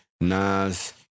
Nas